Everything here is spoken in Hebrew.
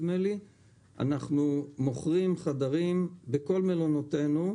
אנחנו מוכרים חדרים בכל מלונותינו,